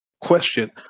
question